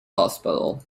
hospital